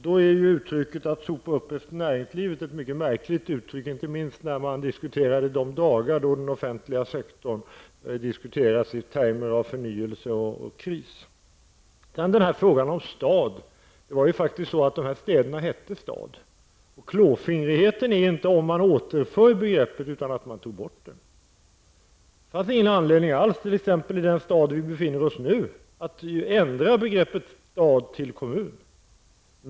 Då är ju uttrycket att sopa upp efter näringslivet ett mycket märkligt uttryck, inte minst under de dagar då den offentliga sektorn diskuteras i termer av förnyelse och kris. Sedan till frågan om stad. Det var ju faktiskt så att var och en av de här städerna hette stad. Klåfingrighet är inte att man återför begreppet utan att man tog bort det. Det fanns ingen anledning alls, t.ex. i den stad där vi befinner oss nu, att ändra begreppet stad till kommun.